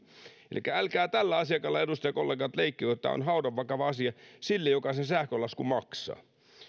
eli älkää tällä asialla edustajakollegat leikkikö tämä on haudanvakava asia sille joka sen sähkölaskun maksaa